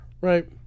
right